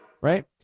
right